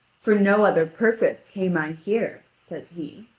for no other purpose came i here, says he.